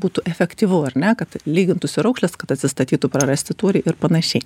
būtų efektyvu ar ne kad lygintųsi raukšlės kad atsistatytų prarasti tūriai ir panašiai